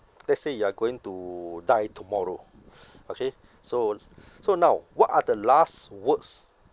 let's say you are going to die tomorrow okay so so now what are the last words